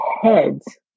heads